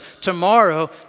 tomorrow